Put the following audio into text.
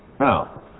Now